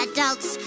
Adults